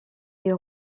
est